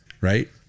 right